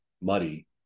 Muddy